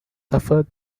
suffered